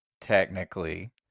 technically